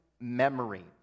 memory